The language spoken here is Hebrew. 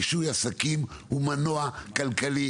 רישוי עסקים הוא מנוע כלכלי,